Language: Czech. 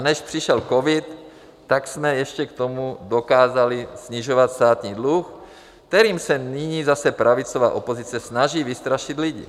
Než přišel covid, tak jsme ještě k tomu dokázali snižovat státní dluh, kterým se nyní zase pravicová opozice snaží vystrašit lidi.